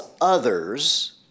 others